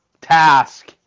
task